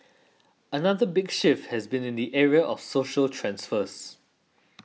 another big shift has been in the area of social transfers